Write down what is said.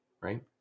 right